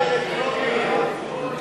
טכנולוגיות,